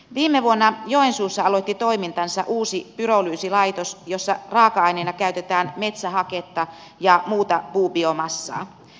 viime vuonna joensuussa aloitti toimintansa uusi pyrolyysilaitos jossa raaka aineena käytetään metsähaketta ja muuta puubiomassaa